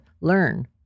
learn